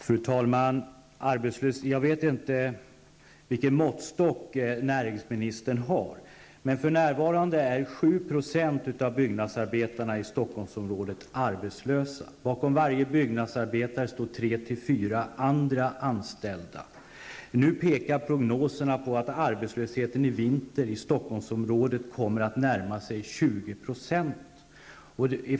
Fru talman! Jag vet inte vilken måttstock näringsministern har, men för närvarande är 7 % av byggnadsarbetarna i Stockholmsområdet arbetslösa. Bakom varje byggnadsarbetare står tre fyra andra anställda. Nu pekar prognoserna på att arbetslösheten i Stockholmsområdet i vinter kommer att närma sig 20 %.